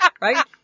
right